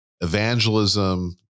evangelism